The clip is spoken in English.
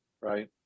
right